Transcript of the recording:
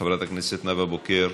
חברת הכנסת נאוה בוקר,